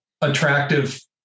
attractive